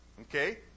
Okay